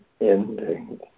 ending